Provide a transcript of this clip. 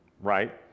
Right